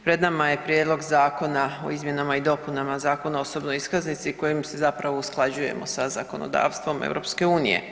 Pred nama je Prijedlog zakona o izmjenama i dopunama Zakona o osobnoj iskaznici kojim se zapravo usklađujemo sa zakonodavstvom EU.